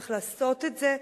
צריך לעשות את זה,